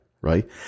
right